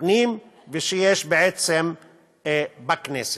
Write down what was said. הפנים ושיש בעצם בכנסת.